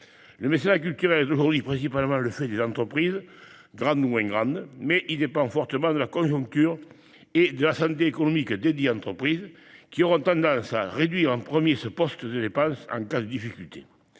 Le mécénat culturel est aujourd'hui principalement le fait des entreprises, grandes ou moins grandes, mais il dépend fortement de la conjoncture et de la santé économique desdites entreprises, qui auront tendance à réduire en premier ce poste de dépenses en cas de difficultés.